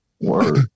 Word